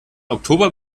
oktober